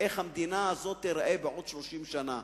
איך המדינה הזאת תיראה בעוד 30 שנה.